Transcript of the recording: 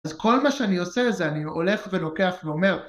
אז כל מה שאני עושה לזה אני חולף ולוקח ואומר